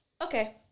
Okay